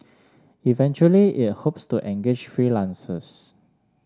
eventually it hopes to engage freelancers